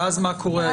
ואז מה מעמדו?